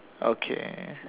okay